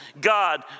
God